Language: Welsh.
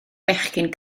bechgyn